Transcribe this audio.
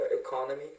economy